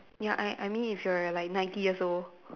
ya I I mean if you're like ninety years old